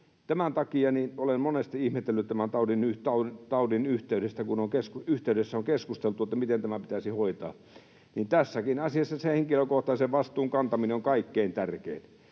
Tämän takia olen monesti ihmetellyt sitä, kun tämän taudin yhteydessä on keskusteltu, miten tämä pitäisi hoitaa. Tässäkin asiassa se henkilökohtaisen vastuun kantaminen on kaikkein tärkeintä,